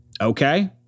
Okay